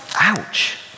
Ouch